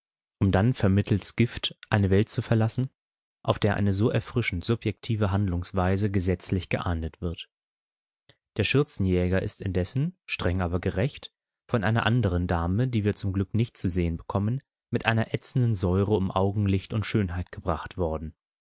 um dann vermittelst gift eine welt zu verlassen auf der eine so erfrischend subjektive handlungsweise gesetzlich geahndet wird der schürzenjäger ist indessen streng aber gerecht von einer anderen dame die wir zum glück nicht zu sehen bekommen mit einer ätzenden säure um augenlicht und schönheit gebracht worden